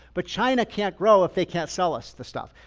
but china can't grow if they can't sell us the stuff.